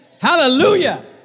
Hallelujah